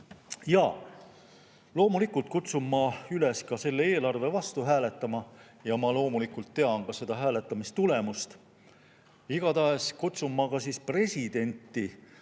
Loomulikult kutsun ma üles selle eelarve vastu hääletama ja loomulikult ma tean seda hääletamistulemust. Igatahes kutsun ma presidenti